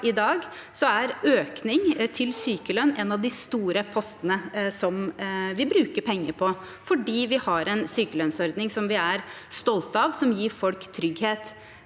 i dag, er økning til sykelønn en av de store postene vi bruker penger på, for vi har en sykelønnsordning vi er stolte av, og som gir folk trygghet.